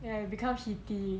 ya you become heavy